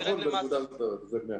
נכון, בנקודה הזאת נכון.